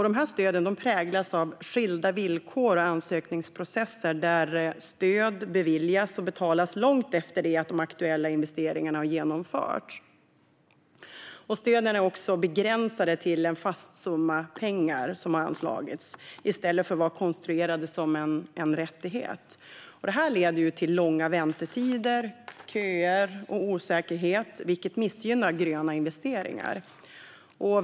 Dessa stöd präglas av skilda villkor och ansökningsprocesser, där stöd beviljas och betalas långt efter att de aktuella investeringarna har genomförts. Stöden är också begränsade till en fast summa pengar som har anslagits i stället för att vara konstruerade som en rättighet. Detta leder till långa väntetider, köer och osäkerhet, vilket missgynnar gröna investeringar.